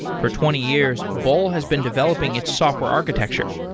for twenty years, bol has been developing its software architecture,